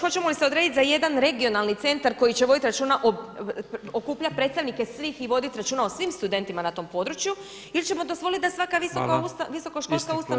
Hoćemo li se odrediti za jedan regionalni centar koji će voditi računa, okupljati predstavnike svih i voditi računa o svim studentima na tom području ili ćemo dozvoliti da svaka visokoškolska ustanova ima svoj.